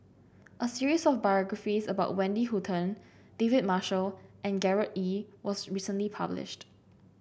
a series of biographies about Wendy Hutton David Marshall and Gerard Ee was recently published